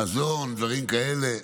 מזון, דברים כאלה,